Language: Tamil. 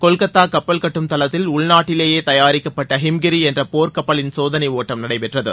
கொல்கத்தா கப்பல் கட்டும் தளத்தில் உள்நாட்டிலேயே தயாரிக்கப்பட்ட ஹிம்கிரி என்ற போர்க்கப்பலின் சோதனை ஒட்டம் நடைபெற்றது